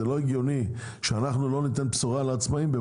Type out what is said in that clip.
זה לא הגיוני שאנחנו לא ניתן בשורה לעצמאים.